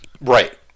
Right